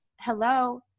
Hello